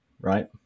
right